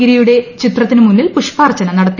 ഗിരിയുടെ ചിത്രത്തിനു മുന്നിൽ പുഷ്പാർച്ചന നടത്തി